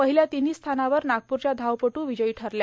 पहिल्या तिन्ही स्थानावर नागपूरच्या धावपटू विजयी ठरल्या